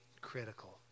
critical